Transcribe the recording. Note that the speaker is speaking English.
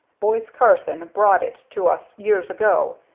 boise carson brought it to us years ago,